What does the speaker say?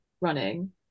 running